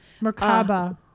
Merkaba